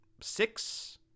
six